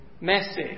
message